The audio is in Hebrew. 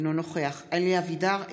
אינו נוכח אלי אבידר,